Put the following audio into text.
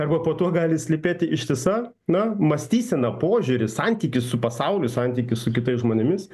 arba po tuo gali slypėti ištisa na mąstysena požiūris santykis su pasauliu santykis su kitais žmonėmis